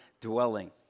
dwelling